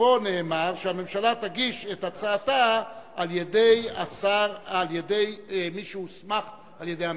ופה נאמר שהממשלה תגיש את הצעתה על-ידי מי שהוסמך על-ידי הממשלה.